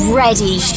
ready